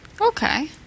Okay